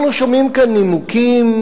אנחנו שומעים פה נימוקים,